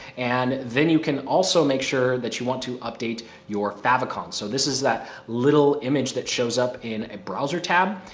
and then you can also make sure that you want to update your favicon. so this is that little image that shows up in a browser tab,